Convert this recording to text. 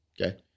Okay